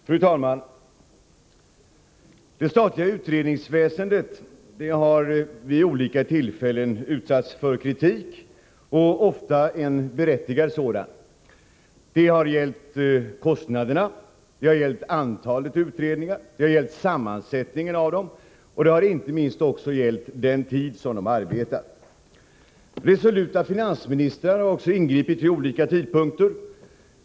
Fru talman! Det statliga utredningsväsendet har vid olika tillfällen utsatts för kritik, ofta en berättigad sådan. Det har gällt kostnaderna, det har gällt antalet utredningar, det har gällt sammansättningarna av dem, och det har inte minst gällt den tid de arbetat. Resoluta finansministrar har också ingripit vid olika tidpunkter.